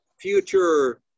future